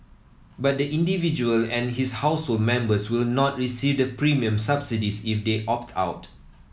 but the individual and his household members will not receive the premium subsidies if they opt out